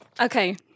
Okay